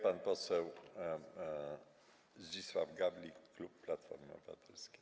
Pan poseł Zdzisław Gawlik, klub Platforma Obywatelska.